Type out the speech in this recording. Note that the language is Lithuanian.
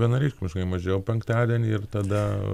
vienareikšmiškai mažiau penktadienį ir tada